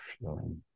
feeling